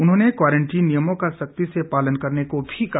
उन्होंने क्वारंटीन नियमों का सख्ती से पालन कराने को भी कहा